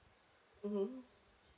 mm